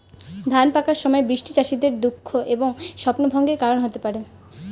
ধান পাকার সময় বৃষ্টি চাষীদের দুঃখ এবং স্বপ্নভঙ্গের কারণ হতে পারে